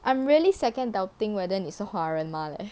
I am really second doubting whether 你是华人吗 leh